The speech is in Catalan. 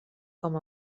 com